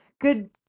good